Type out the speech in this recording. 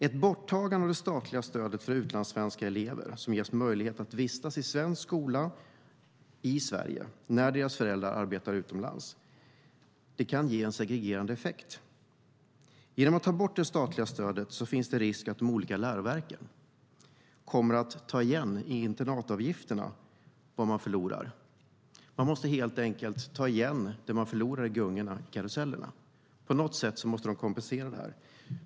Ett borttagande av det statliga stödet för utlandssvenska elever som ges möjlighet att vistas i svensk skola i Sverige när deras föräldrar arbetar utomlands kan ge en segregerande effekt. Om man tar bort det statliga stödet finns det risk att de olika läroverken kommer att ta igen på internatavgifterna vad man förlorar. Man måste helt enkelt ta igen på gungorna vad man förlorar på karusellen. På något sätt måste de kompensera detta.